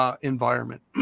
environment